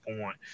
point